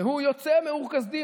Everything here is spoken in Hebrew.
והוא יוצא מאור כשדים.